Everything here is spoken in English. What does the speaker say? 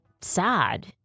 sad